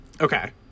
Okay